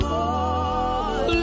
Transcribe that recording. Lord